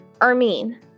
Armin